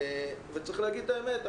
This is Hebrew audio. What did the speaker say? צריך להגיד את האמת,